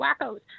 wackos